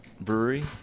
Brewery